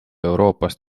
euroopast